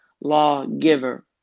lawgiver